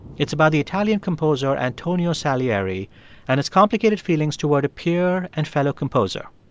it's about the italian composer antonio salieri and his complicated feelings toward a peer and fellow composer,